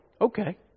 Okay